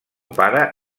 pare